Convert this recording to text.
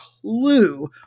clue